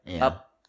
up